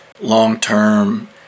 long-term